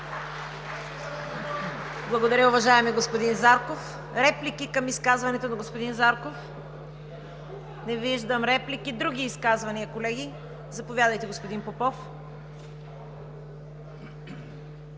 Благодаря, уважаеми господин Зарков. Реплики към изказването на господин Зарков? Не виждам. Други изказвания? Заповядайте, господин Попов.